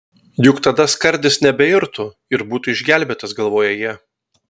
juk tada skardis nebeirtų ir būtų išgelbėtas galvoja jie